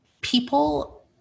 people